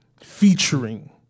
featuring